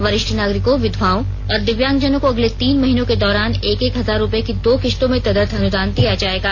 वरिष्ठ नागरिकों विघवाओं और दिव्यांगजनों को अगलें तीन महीनों के दौरान एक एक हजार रूपये की दो किस्तों में तदर्थ अनुदान दिया जाएगा